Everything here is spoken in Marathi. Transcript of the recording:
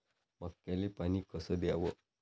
मक्याले पानी कस द्याव?